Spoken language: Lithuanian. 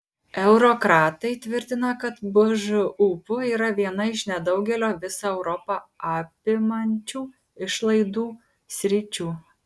eurokratai tvirtina kad bžūp yra viena iš nedaugelio visą europą apimančių išlaidų sričių